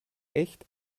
echt